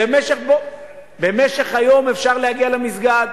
אז, איך אפשר, במשך היום אפשר להגיע למסגד.